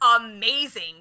amazing